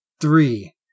three